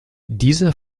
dieser